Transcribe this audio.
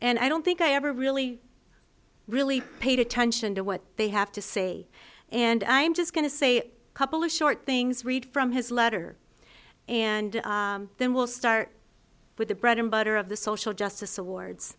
and i don't think i ever really really paid attention to what they have to say and i'm just going to say a couple of short things read from his letter and then we'll start with the bread and butter of the social justice awards